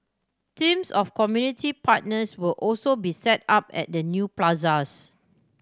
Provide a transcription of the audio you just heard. teams of community partners will also be set up at the new plazas